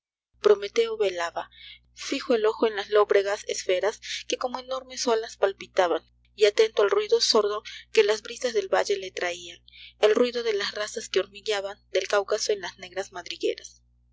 prometeo velaba fijo el ojo en las lóbregas esferas que como enormes olas palpitaban y atento al ruido sordo que las brisas del valle le traían el ruido de las razas que hormigueaban del cáucaso en las negras madrigueras